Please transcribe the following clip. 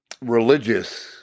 religious